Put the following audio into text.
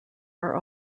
are